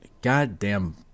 goddamn